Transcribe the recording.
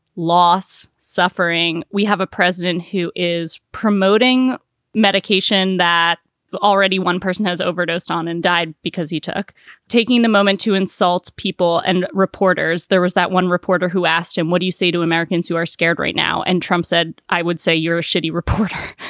loss, suffering, we have a president who is promoting medication that already one person has overdosed on and died because he took taking the moment to insults people and reporters there was that one reporter who asked him, what do you say to americans who are scared right now? and trump said, i would say you're a shitty reporter.